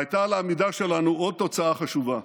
והייתה לעמידה שלנו עוד תוצאה חשובה: